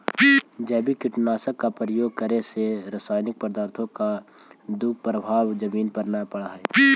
जैविक कीटनाशक का प्रयोग करे से रासायनिक पदार्थों का दुष्प्रभाव जमीन पर न पड़अ हई